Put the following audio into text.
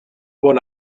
bon